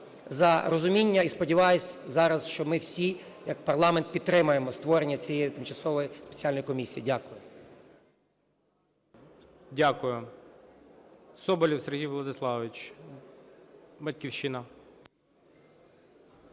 за розуміння і сподіваюся зараз, що ми всі як парламент підтримаємо створення цієї Тимчасової спеціальної комісії. Дякую. ГОЛОВУЮЧИЙ. Дякую. Соболєв Сергій Владиславович, "Батьківщина".